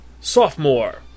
Sophomore